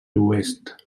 oest